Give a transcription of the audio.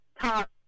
top